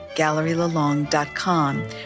gallerylalong.com